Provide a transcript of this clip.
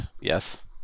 Yes